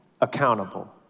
accountable